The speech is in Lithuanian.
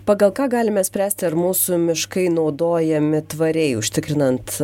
pagal ką galime spręsti ar mūsų miškai naudojami tvariai užtikrinant